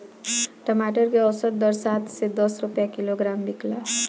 टमाटर के औसत दर सात से दस रुपया किलोग्राम बिकला?